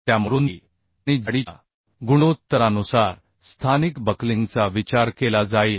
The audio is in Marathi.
त्यामुळे रुंदी आणि जाडीच्या गुणोत्तरानुसार स्थानिक बक्लिंगचा विचार केला जाईल